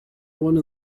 wanna